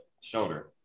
shoulder